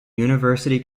university